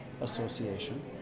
Association